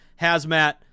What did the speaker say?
hazmat